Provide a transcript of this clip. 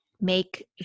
make